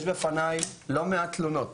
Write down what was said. יש בפניי לא מעט תלונות